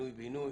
פינוי בינוי.